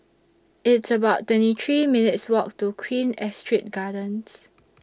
It's about twenty three minutes' Walk to Queen Astrid Gardens